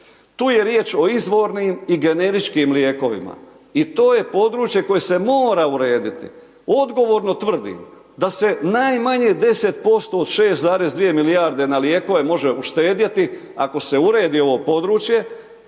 Tu je riječ o izvornim i generičkim lijekovima i to je područje koje se mora urediti. Odgovorno tvrdim da se najmanje 10% od 6,2 milijarde na lijekove može uštedjeti ako se uredi ovo područje,